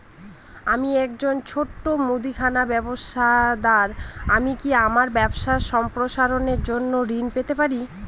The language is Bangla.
আমি একজন ছোট মুদিখানা ব্যবসাদার আমি কি আমার ব্যবসা সম্প্রসারণের জন্য ঋণ পেতে পারি?